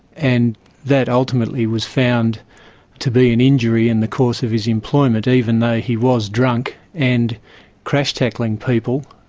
and that ultimately was found to be an injury in the course of his employment, even though he was drunk and crash-tackling people,